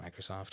Microsoft